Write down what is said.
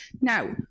Now